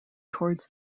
towards